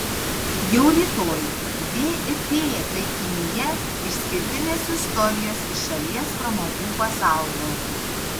jau rytoj vip taikinyje išskirtinės istorijos iš šalies pramogų pasaulio